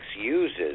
uses